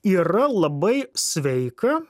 yra labai sveika